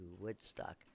Woodstock